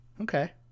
Okay